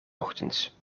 ochtends